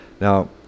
Now